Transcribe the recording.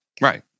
Right